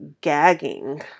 gagging